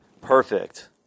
perfect